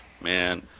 man